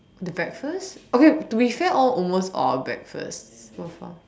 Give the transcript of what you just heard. the breakfast okay to be fair all almost all breakfast were